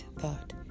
thought